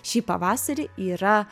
šį pavasarį yra